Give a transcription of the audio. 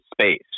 space